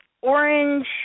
orange